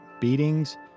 beatings